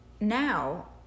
now